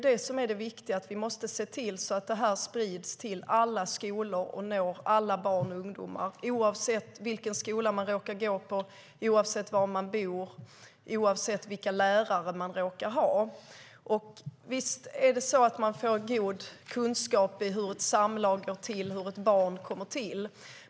Det viktiga är att se till så att detta sprids till alla skolor och når alla barn och ungdomar oavsett vilken skola man råkar gå på, oavsett var man bor och oavsett vilka lärare man råkar ha. Visst får man god kunskap i hur ett samlag går till och hur ett barn kommer till.